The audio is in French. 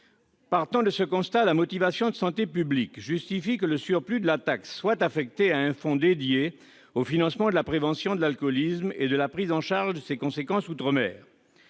Partant de ce constat, la motivation de santé publique justifie que le surplus de la taxe soit affecté à un fonds dédié au financement de la prévention de l'alcoolisme et de la prise en charge de ses conséquences outre-mer.